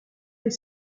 les